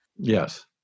Yes